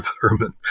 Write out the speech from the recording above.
Thurman